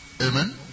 Amen